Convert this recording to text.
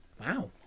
Wow